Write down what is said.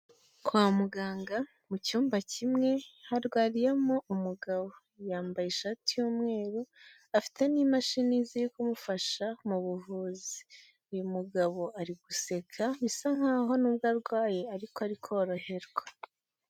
Kwa muganga mu cyumba kimwe harwariyemo umugabo, yambaye ishati y'umweru, afite n'imashini ziri kumufasha mu buvuzi, uyu mugabo ari guseka bisa nkaho nubwo arwaye ariko ari koroherwa.